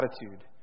attitude